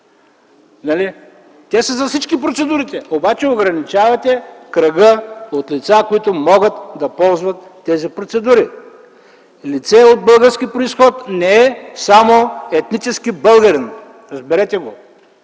са за всички, обаче ограничавате кръга от лица, които могат да ползват тези процедури. Лице от български произход не е само етнически българин. Разберете го!